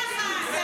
--- הוא בא ביחד.